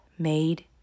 made